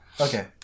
Okay